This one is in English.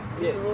Yes